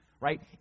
right